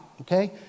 Okay